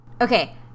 Okay